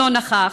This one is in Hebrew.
לא נכח,